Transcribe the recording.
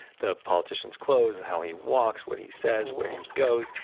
the politician's clothes, how he walks, what he says, where he goes,